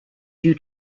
due